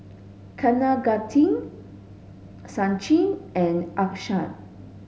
Kaneganti Sachin and Akshay